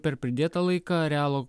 per pridėtą laiką realo